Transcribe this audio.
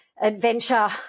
adventure